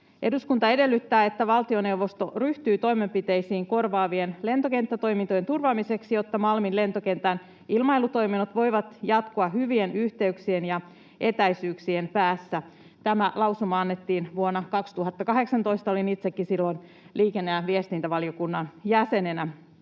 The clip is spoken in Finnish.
”Eduskunta edellyttää, että valtioneuvosto ryhtyy toimenpiteisiin korvaavien lentokenttätoimintojen turvaamiseksi, jotta Malmin lentokentän ilmailutoiminnot voivat jatkua hyvien yhteyksien ja etäisyyksien päässä.” Tämä lausuma annettiin vuonna 2018. Olin itsekin silloin liikenne- ja viestintävaliokunnan jäsenenä.